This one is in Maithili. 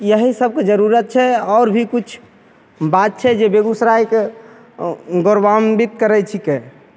यही सबके जरूरत छै आओर भी किछु बात छै जे बेगूसरायके गौरवान्वित करै छिकै